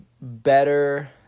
better